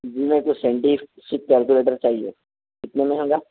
جی میرے کو scientific calculator چاہیے کتنے میں ہوگا